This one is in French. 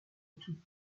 tout